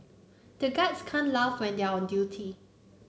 the guards can't laugh when they are on duty